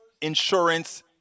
insurance